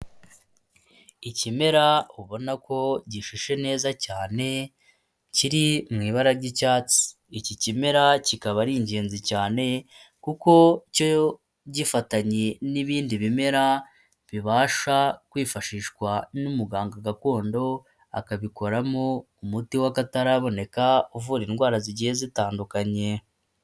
Ikimera ubona ko gishishe neza cyane kiri mu ibara ry'icyatsi, iki kimera kikaba ari ingenzi cyane kuko cyo gifatanye n'ibindi bimera bibasha kwifashishwa n'umuganga gakondo akabikoramo umuti w'akataraboneka uvura indwara zigiye zitandukanye.